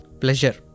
pleasure